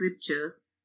scriptures